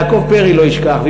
יעקב פרי לא ישכח,